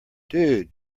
dude